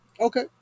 Okay